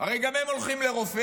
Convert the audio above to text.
הרי גם הם הולכים לרופא,